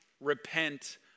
repent